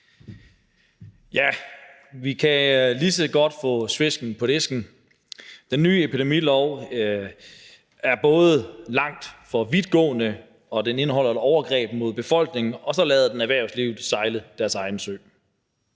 Vi kan lige så godt få svesken på disken. Den nye epidemilov er både alt for vidtgående, og den indeholder et overgreb mod befolkningen, og så lader den erhvervslivet sejle deres egen sø.